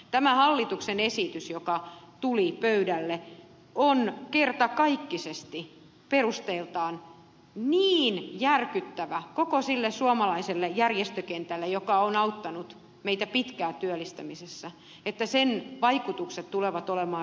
tämä hallituksen esitys joka tuli pöydälle on kertakaikkisesti perusteiltaan niin järkyttävä koko sille suomalaiselle järjestökentälle joka on auttanut meitä pitkään työllistämisessä että sen vaikutukset tulevat olemaan radikaalit